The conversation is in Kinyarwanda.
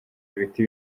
biti